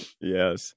Yes